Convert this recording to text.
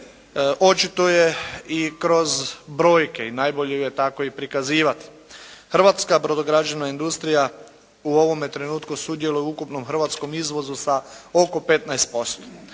očituje i kroz brojke i najbolje ju je tako prikazivati. Hrvatska brodograđevna industrija u ovome trenutku sudjeluje u ukupnom hrvatskom izvozu sa oko 15%,